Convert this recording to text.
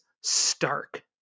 stark